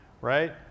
right